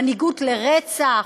מנהיגות לרצח?